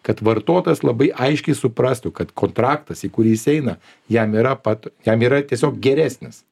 kad vartotojas labai aiškiai suprastų kad kontraktas į kurį jis eina jam yra pat jam yra tiesiog geresnis